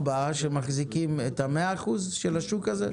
שלושה ארבעה שמחזיקים את המאה אחוזים של השוק הזה?